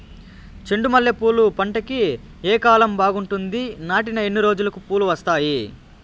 చెండు మల్లె పూలు పంట కి ఏ కాలం బాగుంటుంది నాటిన ఎన్ని రోజులకు పూలు వస్తాయి